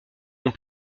ont